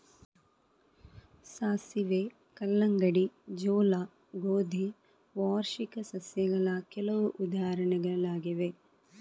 ಸಾಸಿವೆ, ಕಲ್ಲಂಗಡಿ, ಜೋಳ, ಗೋಧಿ ವಾರ್ಷಿಕ ಸಸ್ಯಗಳ ಕೆಲವು ಉದಾಹರಣೆಗಳಾಗಿವೆ